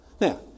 Now